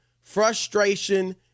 frustration